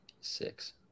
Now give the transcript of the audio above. six